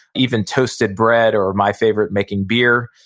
even toasted bread or my favorite making beer,